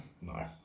No